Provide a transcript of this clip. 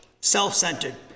self-centered